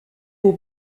pour